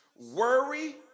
Worry